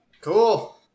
Cool